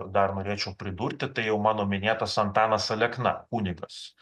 dar norėčiau pridurti tai jau mano minėtas antanas alekna kunigas